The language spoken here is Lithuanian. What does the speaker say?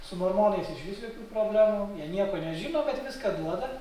su mormonais išvis jokių problemų jie nieko nežino bet viską duoda